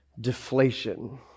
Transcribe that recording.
deflation